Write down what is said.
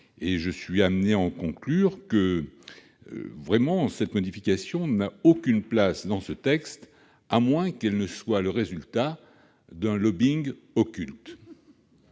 Je suis amené à en conclure que cette modification n'a aucune place dans ce texte, à moins qu'elle ne soit le résultat d'un occulte